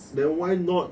then why not